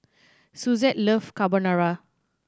Suzette love Carbonara